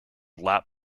lap